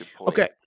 Okay